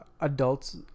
adults